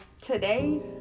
today